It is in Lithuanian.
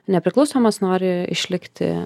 nepriklausomas nori išlikti